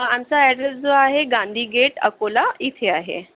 आमचा ॲड्रेस जो आहे गांधी गेट अकोला इथे आहे